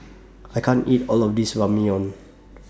I can't eat All of This Ramyeon